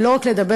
ולא רק לדבר,